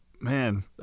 man